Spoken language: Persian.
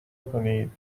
کنید